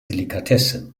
delikatesse